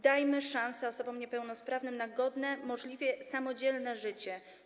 Dajmy szansę osobom niepełnosprawnym na godne, możliwie samodzielne życie.